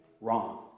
wrong